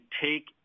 take